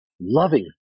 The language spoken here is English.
loving